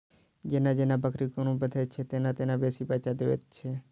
जेना जेना बकरीक उम्र बढ़ैत छै, तेना तेना बेसी बच्चा दैत छै